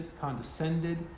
condescended